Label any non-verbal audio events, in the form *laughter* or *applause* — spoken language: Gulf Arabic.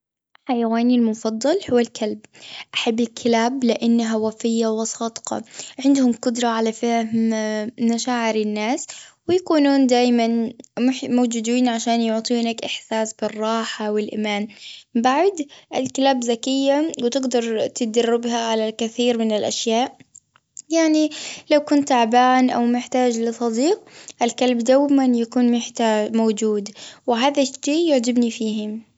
حيواني المفضل هو الكلب. أحب الكلاب لأنها وفية وصادقة. عندهم قدرة على فهم *hesitation* مشاعر الناس، ويكونون دائمًا *unintelligible* موجودين، عشان يعطونك إحساس بالراحة والإيمان. بعد الكلاب ذكية، *hesitation* وتجدر تدربها على الكثير من الأشياء *hesitation* .يعني لو كنت تعبان أو محتاج لصديق، الكلب دوما يكون محتاج- موجود، وهذا الشي يعجبني فيهم.